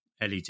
LED